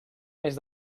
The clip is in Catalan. més